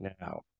now